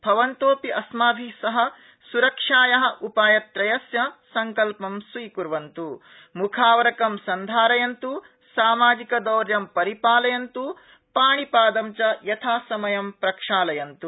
भवन्तोऽपि अस्माभि सह सुरक्षाया उपायत्रयस्य सङ्कल्पं स्वीकुर्वन्तु मुखावरकं सन्धारयन्तु सामाजिकदौर्य परिपालयन्तु पाणिपादं च यथासमयं प्रक्षालयन्तु